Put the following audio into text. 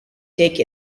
take